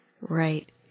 Right